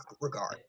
regard